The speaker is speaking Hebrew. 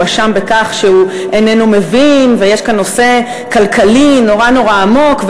הואשם בכך שהוא איננו מבין ויש כאן נושא כלכלי נורא נורא עמוק,